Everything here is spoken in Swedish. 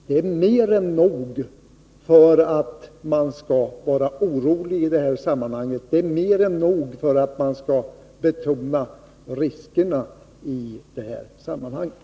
Det är mer än nog för att man skall vara orolig och betona riskerna i sammanhanget.